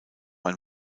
ein